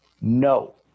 No